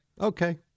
okay